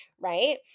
right